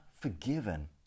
forgiven